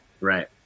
Right